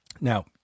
Now